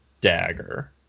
Dagger